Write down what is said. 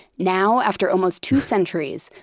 now, after almost two centuries,